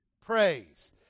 Praise